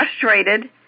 frustrated